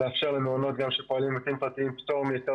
למעונות שפועלים בבתים בפרטיים פטור מהיטל